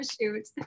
shoot